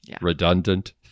redundant